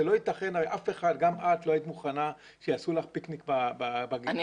גם את לא היית מוכנה שיעשו לך פיקניק בגינה שלך.